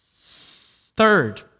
Third